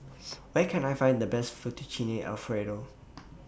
Where Can I Find The Best Fettuccine Alfredo